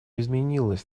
изменилось